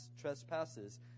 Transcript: trespasses